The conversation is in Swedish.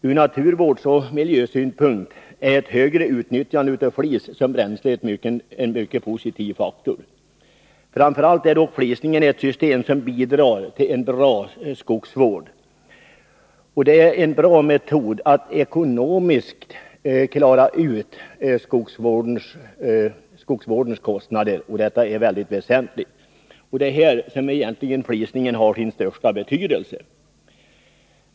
Ur naturvårdsoch miljösynpunkt är ett högre utnyttjande av flis som bränsle en mycket positiv faktor. Framför allt är dock flisningen ett system som bidrar till en bra skogsvård. Det är en bra metod att ekonomiskt klara skogsvårdens kostnader, och detta är mycket väsentligt. Det är egentligen här som flisningen har sin största betydelse.